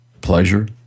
pleasure